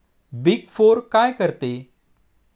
Big four काय करते?